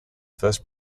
first